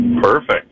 Perfect